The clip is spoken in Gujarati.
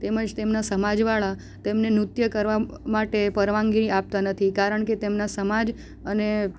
તેમજ તેમના સમાજવાળા તેમને નૃત્ય કરવા માટે પરવાનગી આપતા નથી કારણ કે તેમના સમાજ અને